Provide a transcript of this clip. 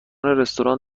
رستوران